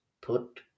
put